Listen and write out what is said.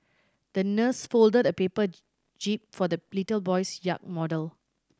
the nurse folded a paper jib for the little boy's yacht model